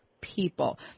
People